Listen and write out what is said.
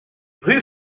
rue